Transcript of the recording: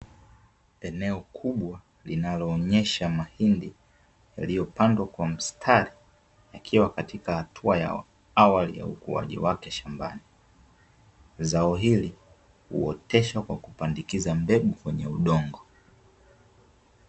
Eneo kubwa linaloonyesha mahindi yaliyopandwa kwa mstari, yakiwa katika hatua ya awali ya ukuaji wake shambani. Zao hili, huoteshwa kwa kupandikiza mbegu kwenye udongo.